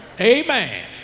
Amen